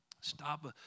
Stop